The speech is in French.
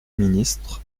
ministre